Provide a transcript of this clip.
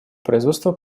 производства